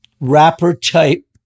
rapper-type